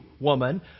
woman